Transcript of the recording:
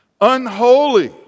unholy